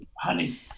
Honey